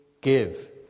give